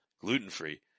gluten-free